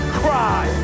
cry